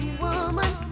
woman